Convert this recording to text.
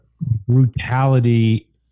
brutality